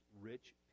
rich